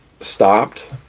stopped